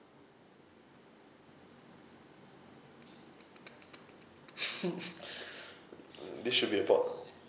this should be about